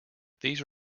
these